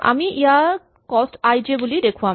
আমি ইয়াক কস্ত আই জে বুলি দেখুৱাম